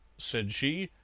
said she,